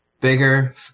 bigger